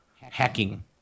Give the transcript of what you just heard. hacking